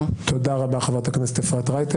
תודה רבה חברת הכנסת שרון ניר.